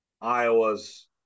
iowa's